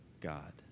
God